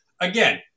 Again